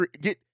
get